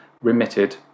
remitted